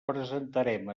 presentarem